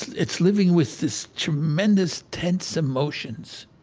it's living with this tremendous tense emotions.